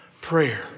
prayer